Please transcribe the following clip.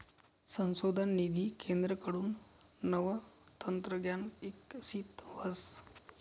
संशोधन निधी केंद्रकडथून नवं तंत्रज्ञान इकशीत व्हस